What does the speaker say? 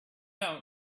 know